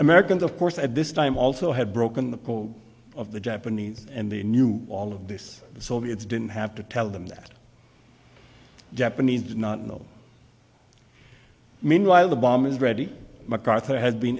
americans of course at this time also had broken the code of the japanese and they knew all of this the soviets didn't have to tell them that japanese did not know meanwhile the bomb is ready macarthur had been